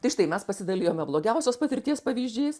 tai štai mes pasidalijome blogiausios patirties pavyzdžiais